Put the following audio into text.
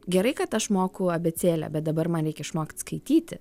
gerai kad aš moku abėcėlę bet dabar man reikia išmokt skaityti